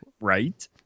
Right